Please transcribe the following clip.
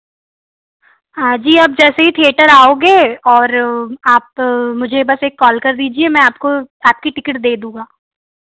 हाँ जी आप जैसे ही थिएटर आओगे और आप मुझे बस एक कॉल कर दीजिए मैं आपको आपकी टिकिट दे दूँगा